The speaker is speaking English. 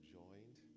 joined